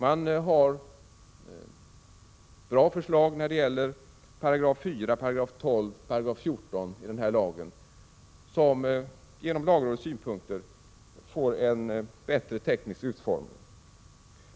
Man har bra förslag när det gäller 4, 12 och 14 §§ i denna lag, som genom lagrådets synpunkter får en bättre teknisk utformning.